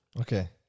Okay